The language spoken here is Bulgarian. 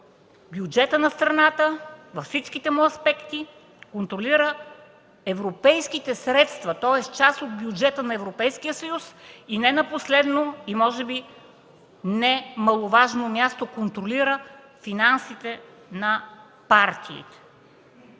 бюджета на страната във всичките му аспекти, контролира европейските средства, тоест част от бюджета на Европейския съюз, и не на последно и може би немаловажно място, контролира финансите на партиите